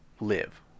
live